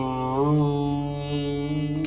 o